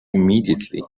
immediately